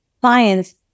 clients